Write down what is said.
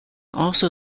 also